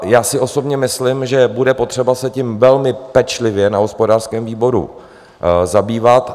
Já si osobně myslím, že bude potřeba se tím velmi pečlivě na hospodářském výboru zabývat.